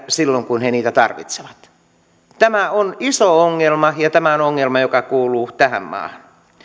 silloin kun he niitä tarvitsevat tämä on iso ongelma ja tämä on ongelma joka kuuluu tähän maahan